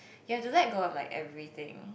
you have to let go of like everything